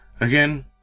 again